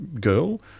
girl